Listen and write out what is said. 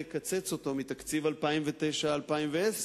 הוא לקצץ אותו מתקציב 2009 2010,